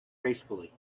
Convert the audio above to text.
gracefully